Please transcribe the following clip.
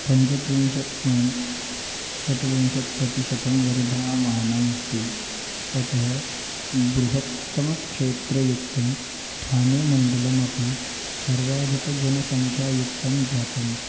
पञ्चत्रिंशत् पायिण्ट् षट्विंशतिः प्रतिशतं वर्धमाना अस्ति अतः बृहत्तमक्षेत्रयुक्तं ठाने मण्डलमपि सर्वाधिकजनसङ्ख्यायुक्तं जातम्